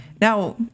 Now